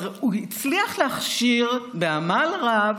הוא כבר הצליח להכשיר בעמל רב,